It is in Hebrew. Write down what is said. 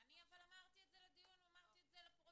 אבל אני אמרתי את זה לדיון ואמרתי את זה לפרוטוקול.